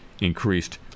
increased